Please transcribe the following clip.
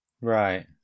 Right